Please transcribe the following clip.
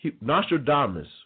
Nostradamus